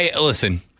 listen